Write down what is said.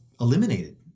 eliminated